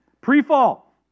pre-fall